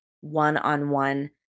one-on-one